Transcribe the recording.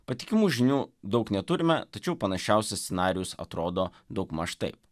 patikimų žinių daug neturime tačiau panašiausias scenarijus atrodo daugmaž taip